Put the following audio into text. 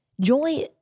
Joy